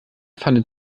pfanne